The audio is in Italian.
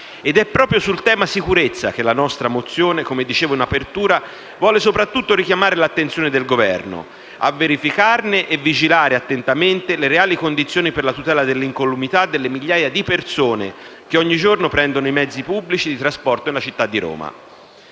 Ed è proprio sul tema sicurezza che la nostra mozione, come ho detto in apertura, vuole soprattutto richiamare l'attenzione del Governo a verificare e vigilare attentamente sulle reali condizioni per la tutela dell'incolumità delle migliaia di persone che ogni giorno prendono i mezzi pubblici di trasporto della città di Roma.